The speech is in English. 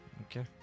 okay